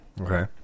okay